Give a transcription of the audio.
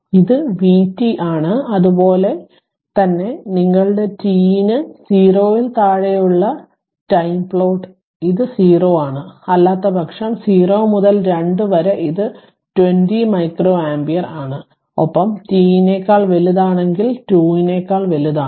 അതിനാൽ ഇത് vt ആണ് അതുപോലെ തന്നെ നിങ്ങളുടെ t ന് 0 ൽ താഴെയുള്ള ടൈംപ്ലോട്ട് ഇത് 0 ആണ് അല്ലാത്തപക്ഷം 0 മുതൽ 2 വരെ ഇത് 20 മൈക്രോ ആമ്പിയർ ആണ് ഒപ്പം t നേക്കാൾ വലുതാണെങ്കിൽ 2 നേക്കാൾ വലുതാണ്